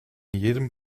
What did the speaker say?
jedem